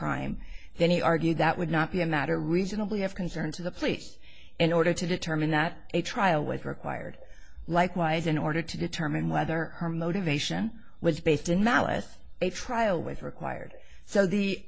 crime then he argued that would not be a matter reasonably of concern to the police in order to determine that a trial with required likewise in order to determine whether her motivation was based in malice a trial was required so the